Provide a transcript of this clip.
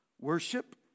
worship